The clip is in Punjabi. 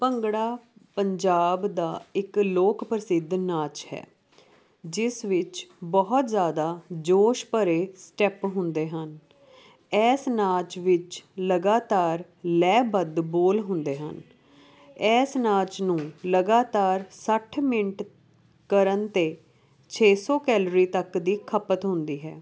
ਭੰਗੜਾ ਪੰਜਾਬ ਦਾ ਇੱਕ ਲੋਕ ਪ੍ਰਸਿੱਧ ਨਾਚ ਹੈ ਜਿਸ ਵਿੱਚ ਬਹੁਤ ਜ਼ਿਆਦਾ ਜੋਸ਼ ਭਰੇ ਸਟੈਪ ਹੁੰਦੇ ਹਨ ਐਸ ਨਾਚ ਵਿੱਚ ਲਗਾਤਾਰ ਲੈਅਬੱਧ ਬੋਲ ਹੁੰਦੇ ਹਨ ਐਸ ਨਾਚ ਨੂੰ ਲਗਾਤਾਰ ਸੱਠ ਮਿੰਟ ਕਰਨ 'ਤੇ ਛੇ ਸੌ ਕੈਲਰੀ ਤੱਕ ਦੀ ਖਪਤ ਹੁੰਦੀ ਹੈ